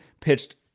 pitched